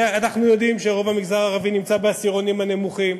ואנחנו יודעים שרוב המגזר הערבי נמצא בעשירונים הנמוכים,